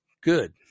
good